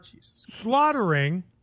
slaughtering